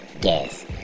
guess